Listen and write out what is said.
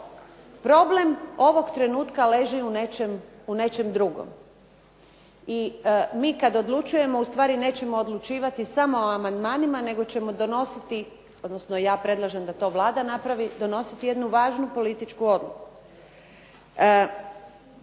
Problem ovog trenutka leži u nečem drugom. I mi kad odlučujemo ustvari nećemo odlučivati samo o amandmanima, nego ćemo donositi, odnosno ja predlažem da to Vlada napravi, donositi jednu važnu političku odluku.